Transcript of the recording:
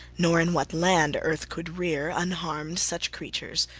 nor in what land earth could rear, unharmed, such creatures,